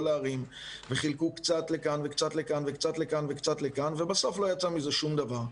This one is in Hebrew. הערים וחילקו לכאן ולכאן ולכאן ובסוף לא יצא מזה שום דבר.